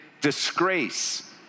disgrace